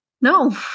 No